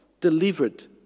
delivered